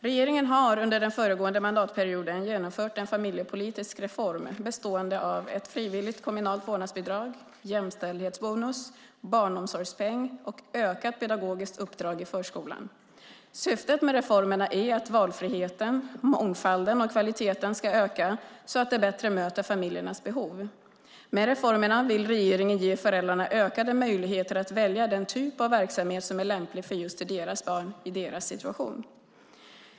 Regeringen har under den föregående mandatperioden genomfört en familjepolitisk reform bestående av ett frivilligt kommunalt vårdnadsbidrag, jämställdhetsbonus, barnomsorgspeng och ökat pedagogiskt uppdrag i förskolan. Syftet med reformerna är att valfriheten, mångfalden och kvaliteten ska öka så att de bättre möter familjernas behov. Med reformerna vill regeringen ge föräldrarna ökade möjligheter att välja den typ av verksamhet som är lämplig för just deras barn, i deras situation.